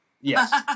yes